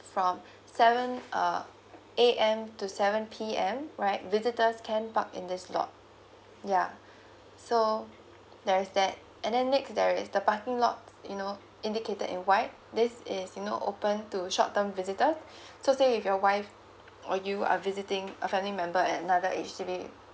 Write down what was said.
from seven uh A_M to seven P_M right visitors can park in this lot ya so there is that and then next there is the parking lot you know indicated in white this is you know open to short term visitors so say if your wife or you are visiting a family member at another H_D_B